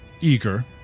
eager